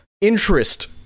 interest